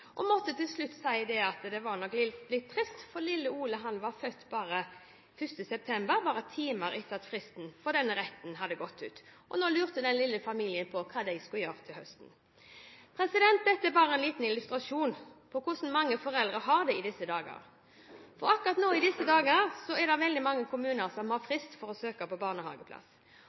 og stillere under samtalen og måtte til slutt si at det var litt trist, for lille Ole var født 1. september, bare timer etter at fristen for denne retten hadde gått ut, og nå lurte den lille familien på hva de skulle gjøre til høsten. Dette er bare en liten illustrasjon på hvordan mange foreldre har det i disse dager, for akkurat nå er det veldig mange kommuner som har frist for å søke på barnehageplass,